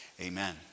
amen